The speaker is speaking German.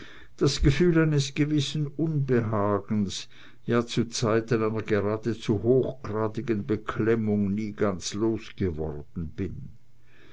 das gefühl eines gewissen unbehagens ja zuzeiten einer geradezu hochgradigen beklemmung nie ganz losgeworden bin